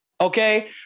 okay